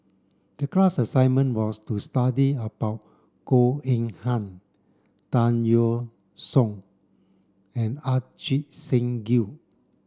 the class assignment was to study about Goh Eng Han Tan Yeok Seong and Ajit Singh Gill